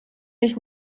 nicht